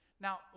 Now